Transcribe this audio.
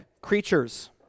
creatures